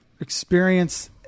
experience